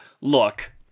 look